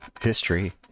history